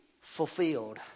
fulfilled